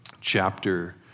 chapter